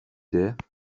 det